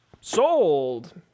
sold